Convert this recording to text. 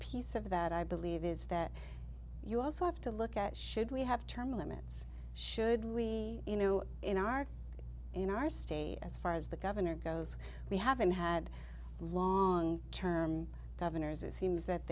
piece of that i believe is that you also have to look at should we have term limits should we knew in our in our state as far as the governor goes we haven't had long term governors it seems that